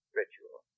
ritual